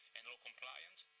and compliant.